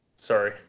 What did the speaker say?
sorry